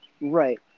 Right